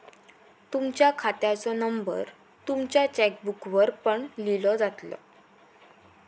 तुमच्या खात्याचो नंबर तुमच्या चेकबुकवर पण लिव्हलो जातलो